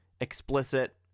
explicit